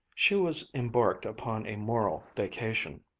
she was embarked upon a moral vacation.